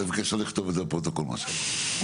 בקשר למנהל הכללי של משרד האוצר הממונה על תקציבים,